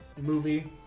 movie